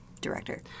director